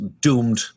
doomed